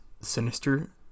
sinister